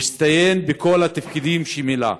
הוא הצטיין בכל התפקידים שמילא.